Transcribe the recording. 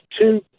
two